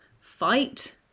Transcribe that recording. fight